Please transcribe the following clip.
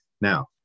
Now